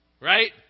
Right